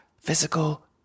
physical